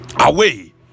away